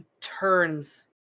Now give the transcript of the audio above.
turns